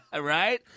Right